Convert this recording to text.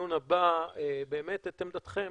לדיון הבא באמת את עמדתכם.